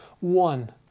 one